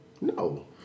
No